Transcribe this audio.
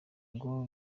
ngo